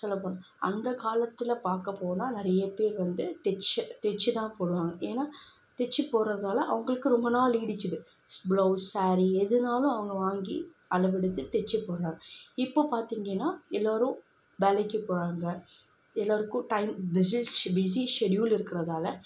சொல்லப் போனால் அந்த காலத்தில் பார்க்கப் போனால் நிறைய பேர் வந்து தைச்சு தைச்சு தான் போடுவாங்க ஏன்னா தைச்சு போடுறதால அவங்களுக்கு ரொம்ப நாள் நீடித்தது ப்ளவுஸ் ஸேரீ எதுனாலும் அவங்க வாங்கி அளவெடுத்து தைச்சு போடுறாங்க இப்போது பார்த்தீங்கன்னா எல்லோரும் வேலைக்கு போகிறாங்க எல்லோருக்கும் டைம் பிஸி ஷெடியூல் இருக்கிறதால